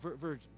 Virgin